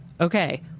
okay